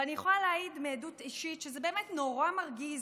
ואני יכולה להעיד מעדות אישית שזה באמת נורא מרגיז